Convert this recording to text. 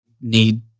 need